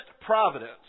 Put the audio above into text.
providence